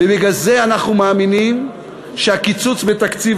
ובגלל זה אנחנו מאמינים שהקיצוץ בתקציב